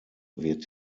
wird